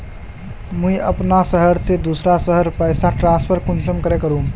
मुई अपना शहर से दूसरा शहर पैसा ट्रांसफर कुंसम करे करूम?